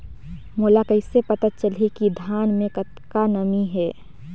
मोला कइसे पता चलही की धान मे कतका नमी हे?